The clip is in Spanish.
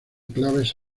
claves